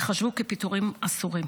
ייחשבו כפיטורים אסורים.